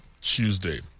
Tuesday